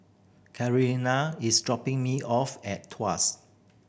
Carolina is dropping me off at Tuas